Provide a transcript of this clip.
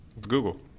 Google